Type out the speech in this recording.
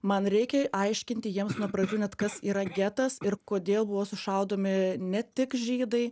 man reikia aiškinti jiems nuo pradžių net kas yra getas ir kodėl buvo sušaudomi ne tik žydai